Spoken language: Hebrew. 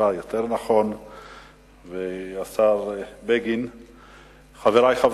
צר לנו שזה